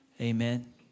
Amen